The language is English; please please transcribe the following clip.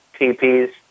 TPs